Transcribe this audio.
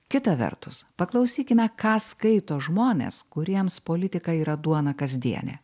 kita vertus paklausykime ką skaito žmonės kuriems politika yra duona kasdienė